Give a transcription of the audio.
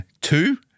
two